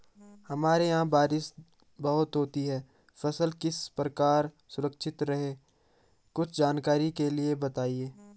हमारे यहाँ बारिश बहुत होती है फसल किस तरह सुरक्षित रहे कुछ जानकारी के लिए बताएँ?